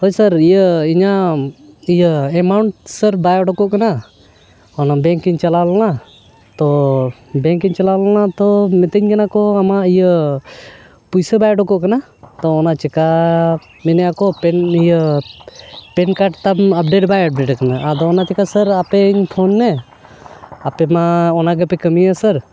ᱦᱳᱭ ᱥᱟᱨ ᱤᱭᱟᱹ ᱤᱧᱟᱹᱜ ᱤᱭᱟᱹ ᱮᱢᱟᱣᱩᱱᱴ ᱥᱟᱨ ᱵᱟᱭ ᱚᱰᱳᱠᱚᱜ ᱠᱟᱱᱟ ᱚᱱᱟ ᱵᱮᱝᱠᱤᱧ ᱪᱟᱞᱟᱣ ᱞᱮᱱᱟ ᱛᱚ ᱵᱮᱝᱠᱤᱧ ᱪᱟᱞᱟᱣ ᱞᱮᱱᱟ ᱛᱚ ᱢᱤᱛᱟᱹᱧ ᱠᱟᱱᱟ ᱠᱚ ᱟᱢᱟᱜ ᱤᱭᱟᱹ ᱯᱩᱭᱥᱟᱹ ᱵᱟᱭ ᱚᱰᱳᱠᱚᱜ ᱠᱟᱱᱟ ᱛᱚ ᱚᱱᱟ ᱪᱤᱠᱟᱹ ᱢᱮᱱᱮᱫᱟᱠᱚ ᱯᱮᱱ ᱤᱭᱟᱹ ᱯᱮᱱ ᱠᱟᱨᱰ ᱛᱟᱢ ᱟᱯᱰᱮᱴ ᱵᱟᱭ ᱟᱯᱰᱮᱴ ᱟᱠᱟᱱᱟ ᱟᱫᱚ ᱚᱱᱟ ᱪᱤᱠᱟᱹ ᱥᱟᱨ ᱟᱯᱮᱧ ᱯᱷᱳᱱ ᱢᱮ ᱟᱯᱮᱢᱟ ᱚᱱᱟ ᱜᱮᱯᱮ ᱠᱟᱹᱢᱤᱭᱟ ᱥᱟᱨ